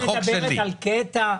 היא מדברת על קטע.